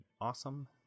awesome